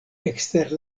ekster